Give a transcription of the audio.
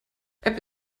app